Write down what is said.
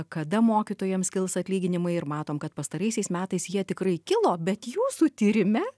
kada mokytojams kils atlyginimai ir matom kad pastaraisiais metais jie tikrai kilo bet jūsų tyrime